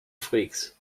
freaks